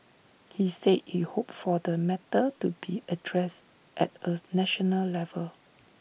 he said he hoped for the matter to be addressed at A national level